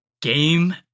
Game